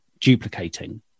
duplicating